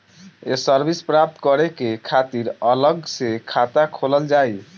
ये सर्विस प्राप्त करे के खातिर अलग से खाता खोलल जाइ?